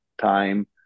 time